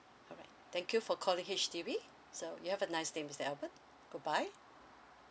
alright thank you for calling H_D_B so you have a nice day mister albert goodbye